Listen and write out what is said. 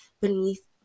beneath